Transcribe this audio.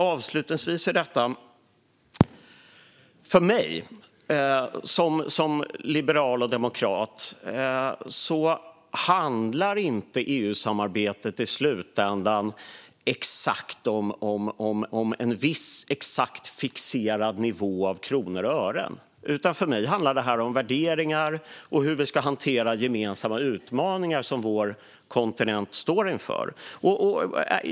Avslutningsvis vill jag säga att för mig som liberal och demokrat handlar EU-samarbetet i slutändan inte om en viss exakt fixerad nivå av kronor och ören, utan för mig handlar detta om värderingar och hur vi ska hantera de gemensamma utmaningar som vår kontinent står inför.